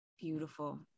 Beautiful